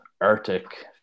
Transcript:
Arctic